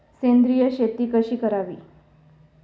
सेंद्रिय शेती कशी करावी?